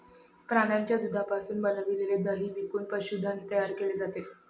प्राण्यांच्या दुधापासून बनविलेले दही विकून पशुधन तयार केले जाते